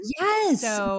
Yes